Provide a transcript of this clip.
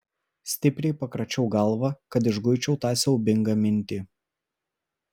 stipriai pakračiau galvą kad išguičiau tą siaubingą mintį